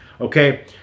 Okay